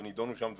ונדונו שם דברים,